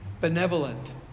benevolent